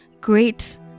great